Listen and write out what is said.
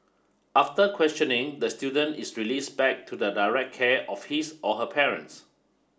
after questioning the student is released back to the direct care of his or her parents